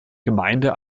gemeinde